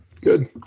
good